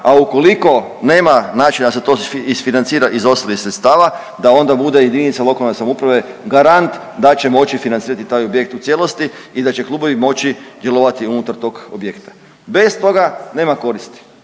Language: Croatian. a ukoliko nema načina da se to isfinancira iz ostalih sredstava da onda bude JLS garant da će moći financirati taj objekt u cijelosti i da će klubovi moći djelovati unutar tog objekta bez toga nema koristi